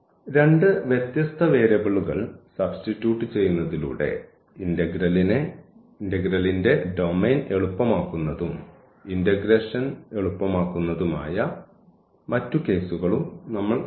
രണ്ട് വ്യത്യസ്ത വേരിയബിളുകൾ സബ്സ്റ്റിറ്റ്യൂട്ട് ചെയ്യുന്നതിലൂടെ ഇന്റഗ്രലിന്റെ ഡൊമെയ്ൻ എളുപ്പമാക്കുന്നതും ഇന്റഗ്രേഷൻ എളുപ്പമാക്കുന്നതുമായ മറ്റ് കേസുകളും നമ്മൾ കണ്ടു